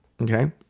Okay